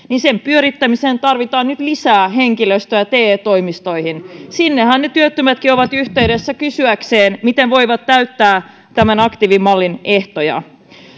pyörittämiseen tarvitaan nyt lisää henkilöstöä te toimistoihin sinnehän ne työttömätkin ovat yhteydessä kysyäkseen miten voivat täyttää tämän aktiivimallin ehtoja